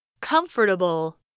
comfortable